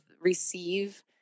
receive